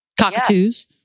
cockatoos